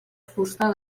fusta